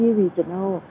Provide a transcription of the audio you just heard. regional